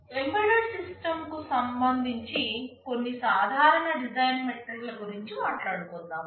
embedded system డిజైన్కు సంబంధించి కొన్ని సాధారణ డిజైన్ మెట్రిక్ల గురించి మాట్లాడుకుందాం